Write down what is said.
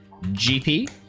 GP